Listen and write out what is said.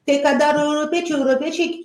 tai ką daro europiečiai europiečiai